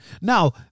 Now